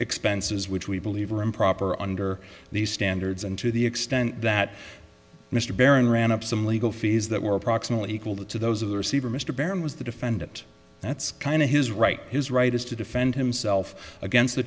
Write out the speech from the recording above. expenses which we believe are improper under these standards and to the extent that mr baron ran up some legal fees that were approximately equal to those of the receiver mr baron was the defendant that's kind of his right his right is to defend himself against the